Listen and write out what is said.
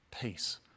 peace